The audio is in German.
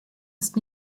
ist